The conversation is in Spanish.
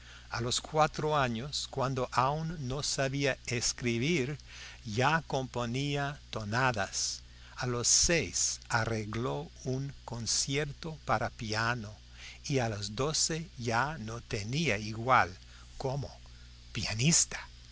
a los cuatro años cuando aún no sabía escribir ya componía tonadas a los seis arregló un concierto para piano y a los doce ya no tenía igual como pianista